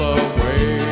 away